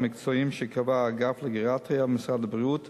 המקצועיים שקבע האגף לגריאטריה במשרד הבריאות